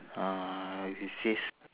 uh it says